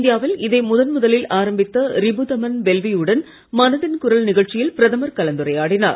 இந்தியாவில் இதை முதல் முதலில் ஆரம்பித்த ரிபுதமன் பேல்வி யுடன் மனதில் குரல் நிகழ்ச்சியில் பிரதமர் கலந்துரையாடினார்